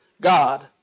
God